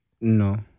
No